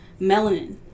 melanin